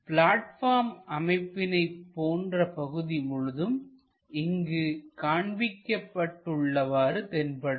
platform அமைப்பினை போன்ற பகுதி முழுதும் இங்கு காண்பிக்கப்பட்டு உள்ளவாறு தென்படும்